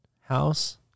House